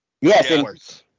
Yes